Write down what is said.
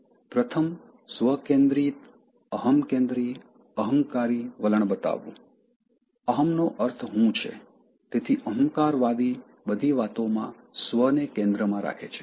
પ્રથમ સ્વકેંદ્રિત અહંકેન્દ્રી અહંકારી વલણ બતાવવું અહંમ નો અર્થ હું છે તેથી અહંકારવાદી બધી વાતોમાં સ્વ ને કેન્દ્રમાં રાખે છે